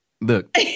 Look